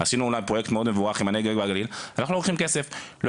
עשינו פרויקט מבורך מאוד עם המשרד לפיתוח הפריפריה,